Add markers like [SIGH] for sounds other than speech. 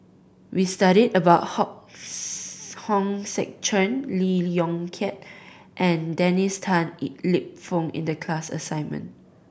we studied about Hok [UNINTELLIGIBLE] Hong Sek Chern Lee Yong Kiat and Dennis Tan [UNINTELLIGIBLE] Lip Fong in the class assignment